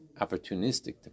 opportunistic